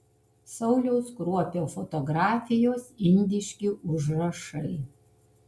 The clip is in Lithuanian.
sauliaus kruopio fotografijos indiški užrašai